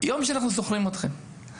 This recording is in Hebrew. יום שאנחנו זוכרים אתכם.